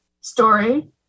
story